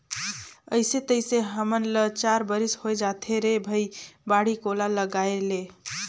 अइसे तइसे हमन ल चार बरिस होए जाथे रे भई बाड़ी कोला लगायेले